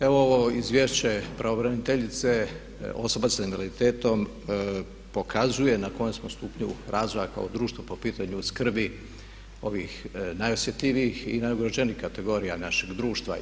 Evo ovo Izvješće pravobraniteljice osoba sa invaliditetom pokazuje na kojem smo stupnju razvoja kao društvo po pitanju skrbi ovih najosjetljivijih i najugroženijih kategorija našeg društva.